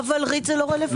אבל ריט זה לא רלוונטי.